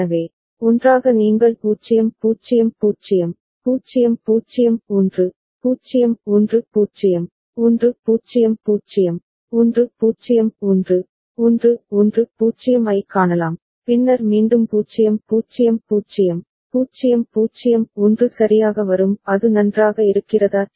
எனவே ஒன்றாக நீங்கள் 0 0 0 0 0 1 0 1 0 1 0 0 1 0 1 1 1 0 ஐக் காணலாம் பின்னர் மீண்டும் 0 0 0 0 0 1 சரியாக வரும் அது நன்றாக இருக்கிறதா